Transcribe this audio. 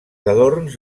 adorns